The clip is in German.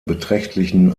beträchtlichen